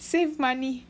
save money